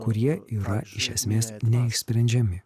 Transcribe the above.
kurie yra iš esmės neišsprendžiami